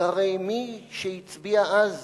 כי הרי מי שהצביע אז